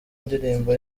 ndirimbo